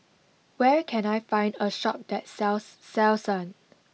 where can I find a shop that sells Selsun